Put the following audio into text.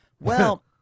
Well-